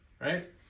right